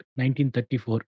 1934